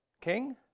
King